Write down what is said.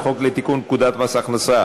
18 נגד, אין נמנעים.